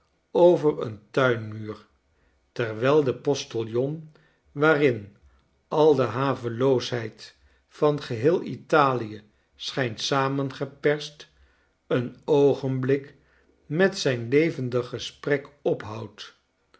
over een tuinmuur terwijl de postiljon waarin al de haveloosheid van geheel italie schijnt samengeperst een oogenblik met zijn levendig gesprek ophoudt